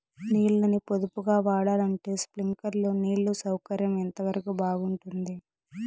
నీళ్ళ ని పొదుపుగా వాడాలంటే స్ప్రింక్లర్లు నీళ్లు సౌకర్యం ఎంతవరకు బాగుంటుంది?